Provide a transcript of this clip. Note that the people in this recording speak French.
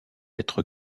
être